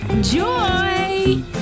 Joy